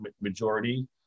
majority